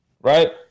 Right